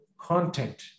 content